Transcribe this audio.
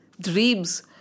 dreams